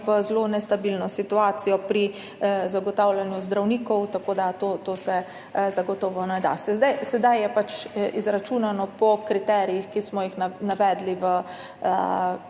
zelo nestabilno situacijo pri zagotavljanju zdravnikov, tako da to se zagotovo ne da. Sedaj je pač izračunano po strokovnih merilih